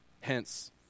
Hence